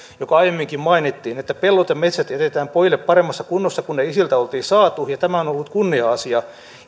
joka aiemminkin mainittiin että pellot ja metsät jätetään pojille paremmassa kunnossa kuin ne isiltä oltiin saatu ja tämä on ollut kunnia asia